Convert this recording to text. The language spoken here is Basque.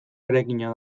eraikina